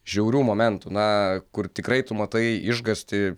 žiaurių momentų na kur tikrai tu matai išgąstį